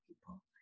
people